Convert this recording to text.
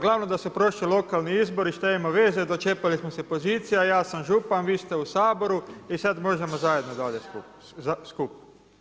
Glavno da su prošli lokalni izbori, šta ima veze, dočepali smo se pozicija, ja sam župan, vi ste u Saboru i sad možemo zajedno dalje skupa.